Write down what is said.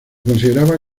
consideraba